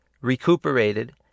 recuperated